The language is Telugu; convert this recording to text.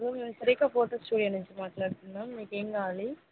మ్యామ్ నేను సురేఖ ఫోటో స్టూడియో నుంచి మాట్లాడుతున్నాను మీకేం కావాలి